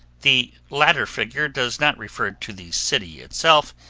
the latter figure does not refer to the city itself,